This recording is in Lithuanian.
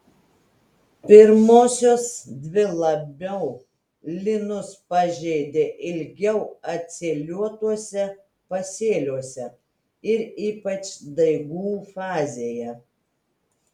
pirmosios dvi labiau linus pažeidė ilgiau atsėliuotuose pasėliuose ir ypač daigų fazėje